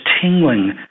tingling